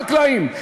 החקלאים,